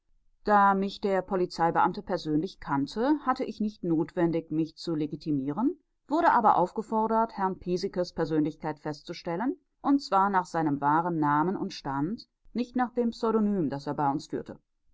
da mich der polizeibeamte persönlich kannte hatte ich nicht notwendig mich zu legitimieren wurde aber aufgefordert herrn pieseckes persönlichkeit festzustellen und zwar nach seinem wahren namen und stand nicht nach dem pseudonym das er bei uns führte